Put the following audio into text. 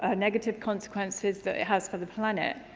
ah negative consequences that it has for the planet.